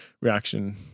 reaction